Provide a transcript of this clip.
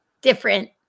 different